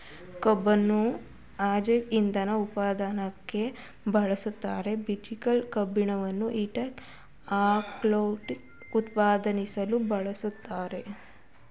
ಕಬ್ಬುನ್ನು ಜೈವಿಕ ಇಂಧನ ಉತ್ಪಾದನೆಗೆ ಬೆಳೆಸ್ತಾರೆ ಬ್ರೆಜಿಲ್ನಲ್ಲಿ ಕಬ್ಬನ್ನು ಈಥೈಲ್ ಆಲ್ಕೋಹಾಲ್ ಉತ್ಪಾದಿಸಲು ಬಳಸ್ತಾರೆ